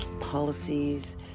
policies